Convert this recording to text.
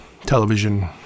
television